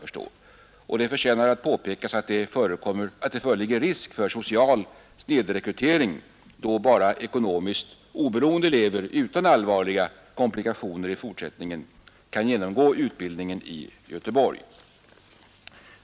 Det förtjänar att påpekas att det föreligger risk för social snedrekrytering då endast ekonomiskt oberoende elever utan allvarliga komplikationer i fortsättningen kan genomgå utbildningen i Göteborg.